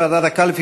הקלפי,